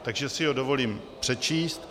Takže si ho dovolím přečíst: